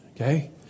Okay